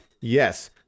yes